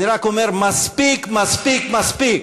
אני רק אומר: מספיק, מספיק, מספיק.